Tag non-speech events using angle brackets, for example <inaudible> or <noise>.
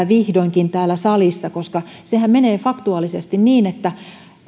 <unintelligible> vihdoinkin täällä salissa sehän menee faktuaalisesti niin että